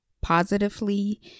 Positively